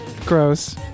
Gross